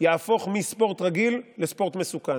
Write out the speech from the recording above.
יהפוך מספורט רגיל לספורט מסוכן.